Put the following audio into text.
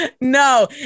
No